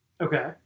Okay